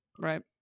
Right